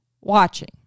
watching